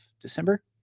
december